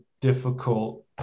difficult